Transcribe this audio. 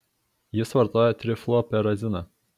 jis vartoja trifluoperaziną